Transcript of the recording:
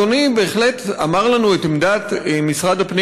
אדוני בהחלט אמר לנו את עמדת משרד הפנים